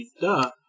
Duh